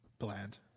Bland